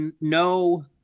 no